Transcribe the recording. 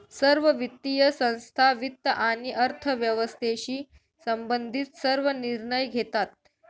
सर्व वित्तीय संस्था वित्त आणि अर्थव्यवस्थेशी संबंधित सर्व निर्णय घेतात